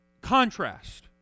contrast